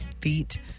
feet